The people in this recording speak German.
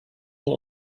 nur